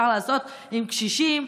שאפשר לעשות עם קשישים,